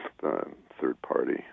third-party